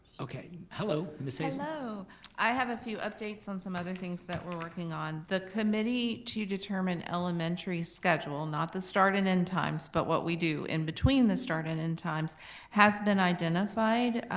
okay. hello, ms. hazel i have a few updates on some other things that we're working on, the committee to determine elementary schedules, not the start and end times but what we do in between the start and end times has been identified.